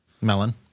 Melon